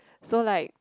so like